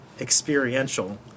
experiential